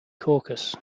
caucus